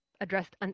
addressed